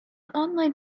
online